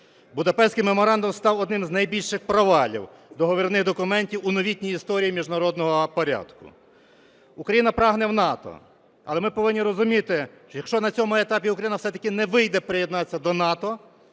Будапештський меморандум став одним з найбільших провалів договірних документів у новітній історії міжнародного порядку. Україна прагне в НАТО. Але ми повинні розуміти, що якщо на цьому етапі в України все-таки не вийде приєднатися до НАТО,